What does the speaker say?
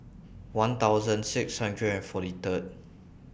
one thousand six hundred and forty Third